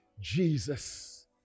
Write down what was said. Jesus